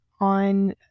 on